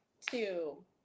two